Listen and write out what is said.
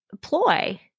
ploy